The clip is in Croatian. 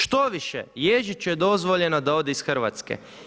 Štoviše Ježiću je dozvoljeno da ode iz Hrvatske.